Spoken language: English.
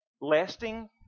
lasting